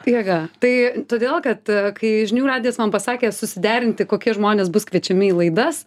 jėga tai todėl kad kai žinių radijas man pasakė susiderinti kokie žmonės bus kviečiami į laidas